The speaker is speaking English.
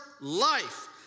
life